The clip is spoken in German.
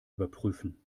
überprüfen